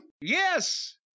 yes